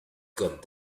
got